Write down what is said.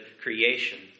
creation